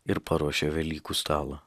ir paruošė velykų stalą